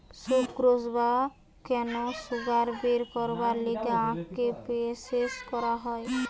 sucrose বা কেন sugar বের করবার লিগে আখকে প্রসেস করায়